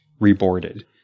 reboarded